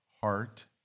heart